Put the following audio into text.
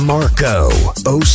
Marco